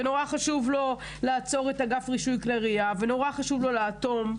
שנורא חשוב לו לעצור את אגף כלי ירייה ושנורא חשוב לו לאטום,